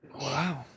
Wow